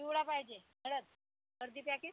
चिवडा पाहिजे हळद हळदी पॅकिट